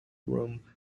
rome